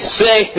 say